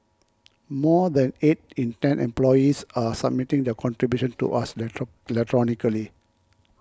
more than eight in ten employers are submitting their contributions to us electronically